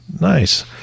Nice